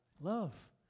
Love